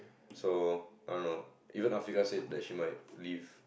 so I don't know even Afiqah said that she might leave